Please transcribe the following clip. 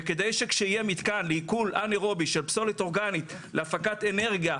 וכדי שכשיהיה מתקן לעיכול אנאירובי של הפסולת האורגנית להפקת אנרגיה,